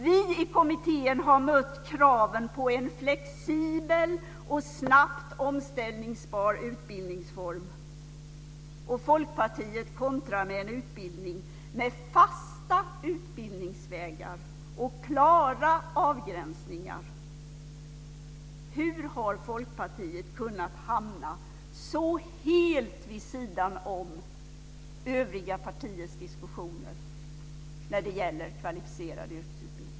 Vi i kommittén har mött kraven på en flexibel och snabbt omställningsbar utbildningsform. Folkpartiet kontrar med en utbildning med fasta utbildningsvägar och klara avgränsningar. Hur har Folkpartiet kunnat hamna så helt vid sidan om övriga partiers diskussioner när det gäller kvalificerad yrkesutbildning?